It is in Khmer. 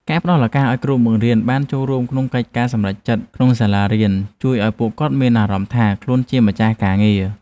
ការផ្តល់ឱកាសឱ្យគ្រូបង្រៀនបានចូលរួមក្នុងកិច្ចការសម្រេចចិត្តក្នុងសាលារៀនជួយឱ្យពួកគាត់មានអារម្មណ៍ថាខ្លួនជាម្ចាស់ការងារ។